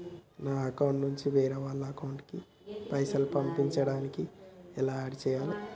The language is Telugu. నా అకౌంట్ నుంచి వేరే వాళ్ల అకౌంట్ కి పైసలు పంపించడానికి ఎలా ఆడ్ చేయాలి?